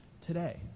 today